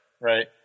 right